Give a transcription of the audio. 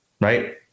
right